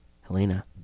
Helena